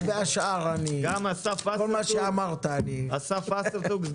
גם אסף וסרצוג,